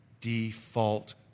default